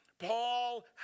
Paul